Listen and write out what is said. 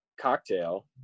Cocktail